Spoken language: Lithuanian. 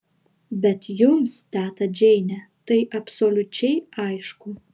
bet jums teta džeine tai absoliučiai aišku